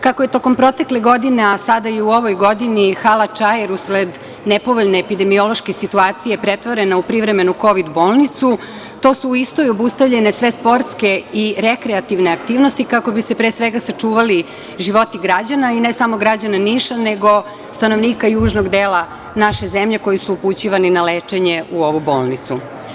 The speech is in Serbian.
Kako je tokom protekle godine, a sada i u ovoj godini hala „Čair“ usled nepovoljne epidemiološke situacije pretvorene u privremenu Kovid bolnicu, to su u istoj obustavljene sve sportske i rekreativne aktivnosti kako bi se, pre svega, sačuvali životi građana i ne samo građana Niša, nego stanovnika južnog dela naše zemlje koji su upućivani na lečenje u ovu bolnicu.